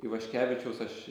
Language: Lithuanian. ivaškevičiaus aš